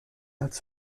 als